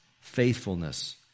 faithfulness